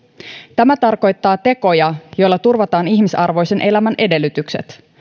tämä tarkoittaa tekoja joilla turvataan ihmisarvoisen elämän edellytykset